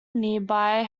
nearby